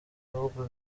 bihugu